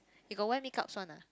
you got wear makeups one ah